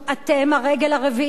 אתם הרגל הרביעית,